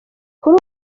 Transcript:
kuri